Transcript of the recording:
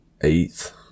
eighth